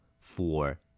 four